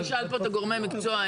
אני אשאל פה את גורמי המקצוע.